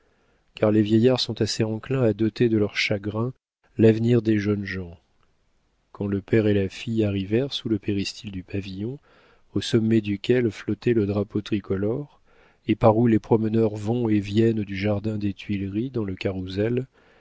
car les vieillards sont assez enclins à doter de leurs chagrins l'avenir des jeunes gens quand le père et la fille arrivèrent sous le péristyle du pavillon au sommet duquel flottait le drapeau tricolore et par où les promeneurs vont et viennent du jardin des tuileries dans le carrousel